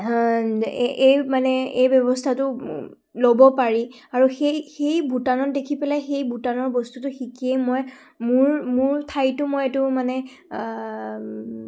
এই মানে এই ব্যৱস্থাটো ল'ব পাৰি আৰু সেই সেই ভূটানত দেখি পেলাই সেই ভূটানৰ বস্তুটো শিকিয়েই মই মোৰ মোৰ ঠাইটো মই এইটো মানে